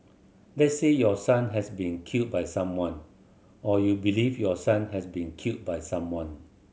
let's say your son has been killed by someone or you believe your son has been killed by someone